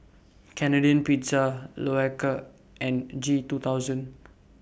Canadian Pizza Loacker and G two thousand